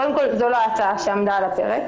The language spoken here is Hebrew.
קודם כל, זאת לא ההצעה שעמדה על הפרק.